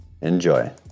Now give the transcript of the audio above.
Enjoy